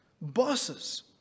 bosses